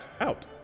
out